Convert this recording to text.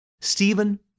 Stephen